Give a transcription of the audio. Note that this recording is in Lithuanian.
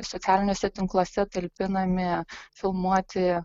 socialiniuose tinkluose talpinami filmuoti